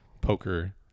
poker